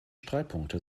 streitpunkte